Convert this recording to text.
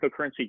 cryptocurrency